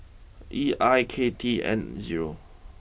E I K T N zero